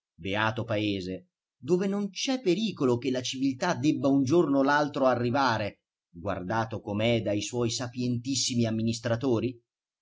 beato paese dove non c'è pericolo che la civiltà debba un giorno o l'altro arrivare guardato com'è dai suoi sapientissimi amministratori